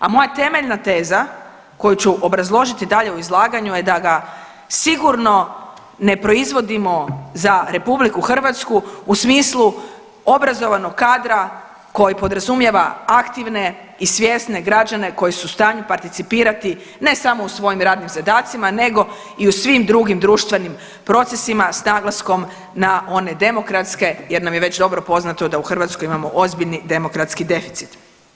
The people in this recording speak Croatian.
A moja temeljna teza koju ću obrazložiti dalje u izlaganju je da ga sigurno ne proizvodimo za RH u smislu obrazovnog kadra koji podrazumijeva aktivne i svjesne građane koji su u stanju participirati ne samo u svojim radnim zadacima nego i u svim drugim društvenim procesima s naglaskom na one demokratske jer nam je već dobro poznato da u Hrvatskoj imamo ozbiljni demokratski deficit.